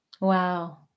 Wow